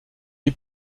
est